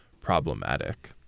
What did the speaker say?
problematic